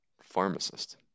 pharmacist